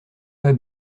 pas